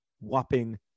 whopping